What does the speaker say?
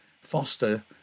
Foster